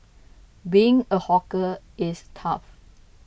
being a hawker is tough